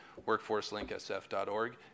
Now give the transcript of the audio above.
WorkforceLinkSF.org